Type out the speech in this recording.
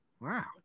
wow